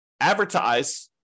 advertise